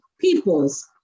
peoples